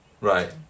Right